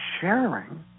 sharing